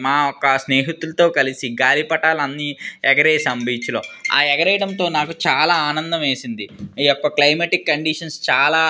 మా ఒక్క స్నేహితులతో కలిసి గాలిపటాలన్నీ ఎగరేసాం బీచ్లో ఆ ఎగరేయడంతో నాకు చాలా ఆనందం వేసింది ఈ యొక్క క్లైమెటిక్ కండీషన్స్ చాలా